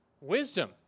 wisdom